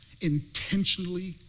Intentionally